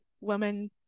woman